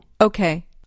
Okay